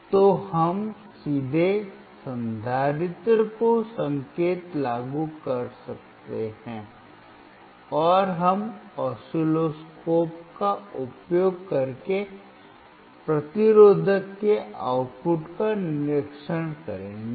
तो हम सीधे संधारित्र को संकेत लागू कर सकते हैं और हम ऑसिलोस्कोप का उपयोग करके प्रतिरोधक के आउटपुट का निरीक्षण करेंगे